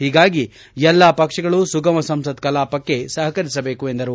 ಹೀಗಾಗಿ ಎಲ್ಲಾ ಪಕ್ಷಗಳು ಸುಗಮ ಸಂಸತ್ ಕಲಾಪಕ್ಷೆ ಸಹಕರಿಸಬೇಕು ಎಂದರು